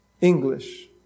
English